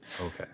Okay